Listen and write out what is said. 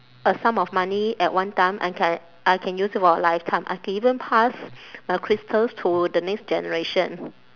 a sum of money at one time I can I can use it for a lifetime I can even pass my crystals to the next generation